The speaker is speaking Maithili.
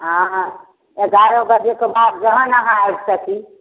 हँ एगारह बजेके बाद जखन अहाँ आबि सकी